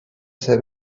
ser